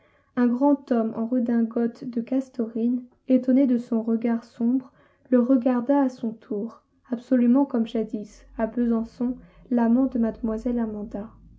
un grand homme en redingote de castorine étonné de son regard sombre le regarda à son tour absolument comme jadis à besançon l'amant de mlle amanda